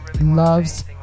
loves